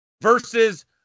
versus